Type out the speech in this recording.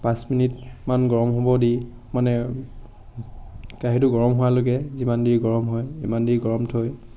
পাঁচ মিনিটমান গৰম হ'ব দি মানে কেৰাহিটো গৰম হোৱা লৈকে যিমান দেৰি গৰম হয় সিমান দেৰি গৰম থৈ